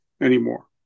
anymore